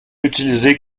utilisée